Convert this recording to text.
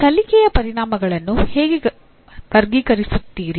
ಈ ಕಲಿಕೆಯ ಪರಿಣಾಮಗಳನ್ನು ಹೇಗೆ ವರ್ಗೀಕರಿಸುತ್ತೀರಿ